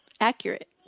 accurate